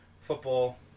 football